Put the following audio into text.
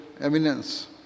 eminence